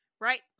Right